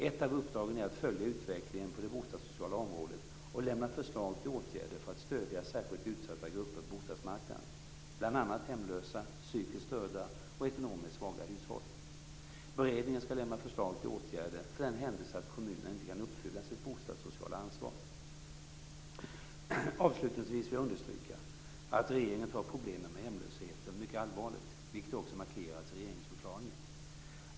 Ett av uppdragen är att följa utvecklingen på det bostadssociala området och lämna förslag till åtgärder för att stödja särskilt utsatta grupper på bostadsmarknaden, bl.a. hemlösa, psykiskt störda och ekonomiskt svaga hushåll. Beredningen skall lämna förslag till åtgärder för den händelse att kommunerna inte kan uppfylla sitt bostadssociala ansvar. Avslutningsvis vill jag understryka att regeringen tar problemen med hemlösheten på mycket stort allvar, vilket också markerats i regeringsförklaringen.